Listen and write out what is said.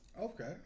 Okay